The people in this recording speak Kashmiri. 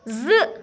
زٕ